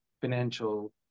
financial